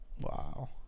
wow